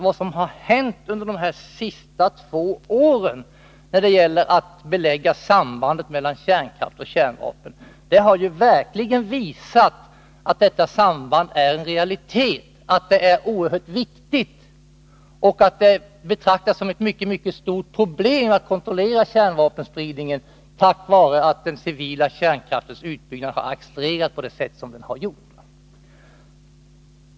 Vad som har hänt under de senaste två åren när det gäller att belägga sambandet mellan kärnkraft och kärnvapen har ju verkligen visat att detta samband är en realitet, att det är oerhört viktigt och att det betraktas som ett mycket stort problem att kontrollera kärnvapenspridningen just därför att den civila kärnkraftens utbyggnad har accelererat på det sätt som den har.